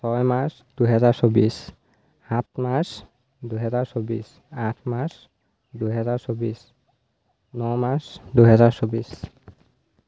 ছয় মাৰ্চ দুহেজাৰ চৌবিছ সাত মাৰ্চ দুহেজাৰ চৌবিছ আঠ মাৰ্চ দুহেজাৰ চৌবিছ ন মাৰ্চ দুহেজাৰ চৌবিছ